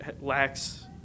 lacks